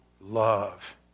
love